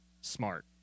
smart